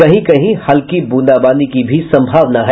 कहीं कहीं हल्की बूंदाबांदी की भी संभावना है